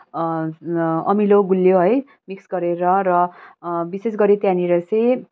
अमिलो गुलियो है मिक्स गरेर र विशेष गरी त्यहाँनिर चाहिँ